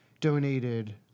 donated